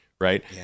right